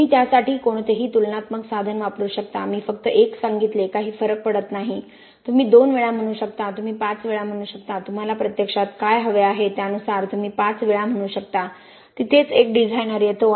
तुम्ही त्यासाठी कोणतेही तुलनात्मक साधन वापरू शकता मी फक्त एक सांगितले काही फरक पडत नाही तुम्ही 2 वेळा म्हणू शकता तुम्ही 5 वेळा म्हणू शकता तुम्हाला प्रत्यक्षात काय हवे आहे त्यानुसार तुम्ही 5 वेळा म्हणू शकता तिथेच एक डिझायनर येतो